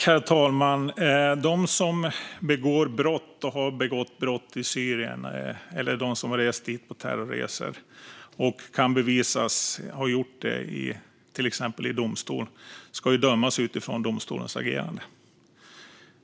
Herr talman! De som begår brott eller har begått brott i Syrien - eller de som har rest dit på terrorresor - och som till exempel i domstol kan bevisas ha gjort det ska dömas utifrån domstolens agerande.